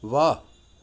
वाह